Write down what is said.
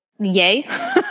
yay